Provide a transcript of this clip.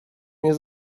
mnie